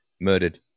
murdered